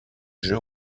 jeu